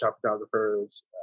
photographers